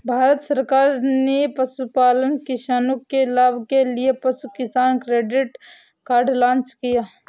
भारत सरकार ने पशुपालन किसानों के लाभ के लिए पशु किसान क्रेडिट कार्ड लॉन्च किया